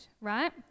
right